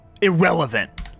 Irrelevant